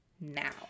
now